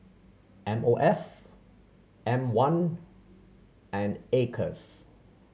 M O F M One and Acres